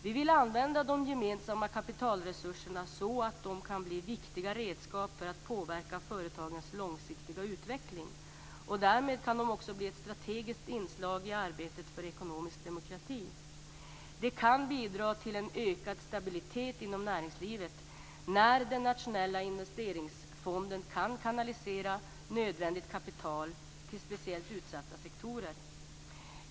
Vi vill använda de gemensamma kapitalresurserna så att de kan bli viktiga redskap för att påverka företagens långsiktiga utveckling, och därmed kan de också bli ett strategiskt inslag i arbetet för ekonomisk demokrati. Det kan bidra till ökad stabilitet inom näringslivet när den nationella investeringsfonden kan kanalisera nödvändigt kapital till speciellt utsatta sektorer.